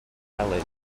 felyn